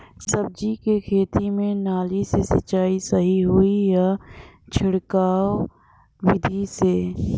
सब्जी के खेती में नाली से सिचाई सही होई या छिड़काव बिधि से?